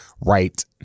right